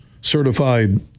certified